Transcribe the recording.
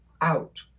out